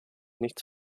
nichts